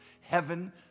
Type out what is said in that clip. Heaven